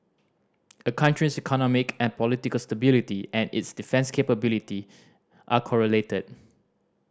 a country's economic and political stability and its defence capability are correlated